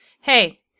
Hey